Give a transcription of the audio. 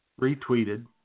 retweeted